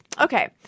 Okay